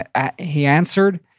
ah ah he answered,